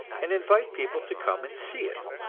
and invite people to come and see it.